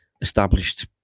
established